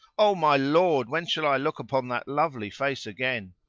o my lord, when shall i look upon that lovely face again?